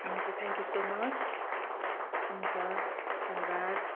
हुन्छ thank you so much हुन्छ धन्यवाद